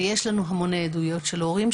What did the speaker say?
ויש לנו המוני עדויות של הורים,